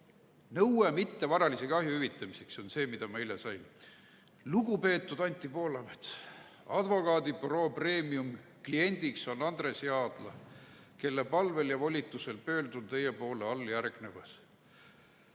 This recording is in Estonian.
Nõue mittevaralise kahju hüvitamiseks on see, mille ma eile sain. "Lugupeetud Anti Poolamets. Advokaadibüroo Premium kliendiks on Andres Jaadla, kelle palvel ja volitusel pöördun teie poole alljärgnevas.